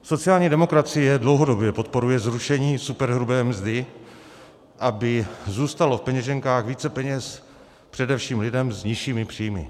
Sociální demokracie dlouhodobě podporuje zrušení superhrubé mzdy, aby zůstalo v peněženkách více peněz především lidem s nižšími příjmy.